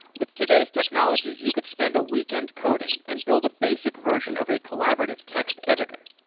with today's technology, you could spend a weekend coding and build a basic version of a collaborative text editor,